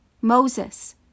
Moses